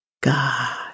God